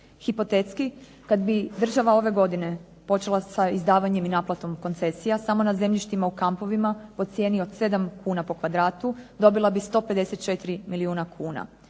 Hipotetski, kad bi država ove godine počela sa izdavanjem i naplatom koncesija samo na zemljištima u kampovima po cijeni od 7 kuna po kvadratu dobila bi 154 milijuna kuna.